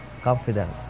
confidence